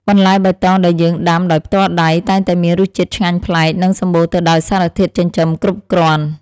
បន្លែបៃតងដែលយើងដាំដោយផ្ទាល់ដៃតែងតែមានរសជាតិឆ្ងាញ់ប្លែក និងសម្បូរទៅដោយសារធាតុចិញ្ចឹមគ្រប់គ្រាន់។